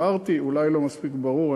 אמרתי אולי לא מספיק ברור,